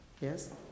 Yes